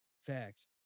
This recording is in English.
Facts